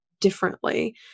differently